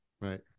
Right